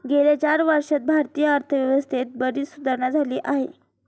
गेल्या चार वर्षांत भारतीय अर्थव्यवस्थेत बरीच सुधारणा झाली आहे